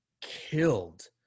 killed